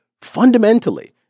fundamentally